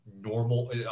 normal